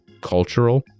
cultural